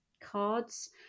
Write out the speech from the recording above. cards